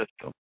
system